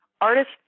artists